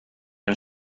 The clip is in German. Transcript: ein